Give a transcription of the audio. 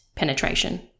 penetration